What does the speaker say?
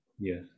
Yes